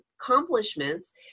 accomplishments